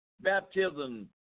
baptism